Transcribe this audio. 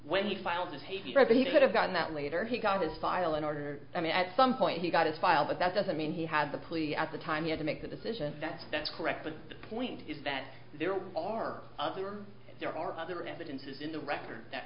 when he filed the paper but he could have gotten that later he got his file in order i mean at some point he got his file but that doesn't mean he had the plea at the time he had to make the decision that's that's correct but the point is that there are other there are other evidence is in the record that